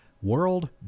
World